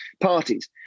parties